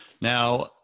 Now